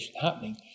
happening